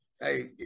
hey